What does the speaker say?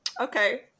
Okay